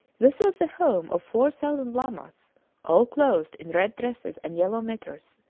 this was the home of four thousand lamas all clothed in red dresses and yellow mitres,